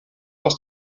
aus